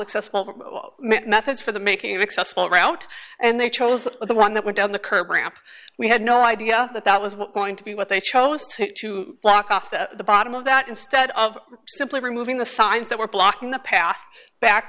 excessive methods for the making of accessible route and they chose the one that went down the curb ramp we had no idea that that was what going to be what they chose to block off the bottom of that instead of simply removing the signs that were blocking the path back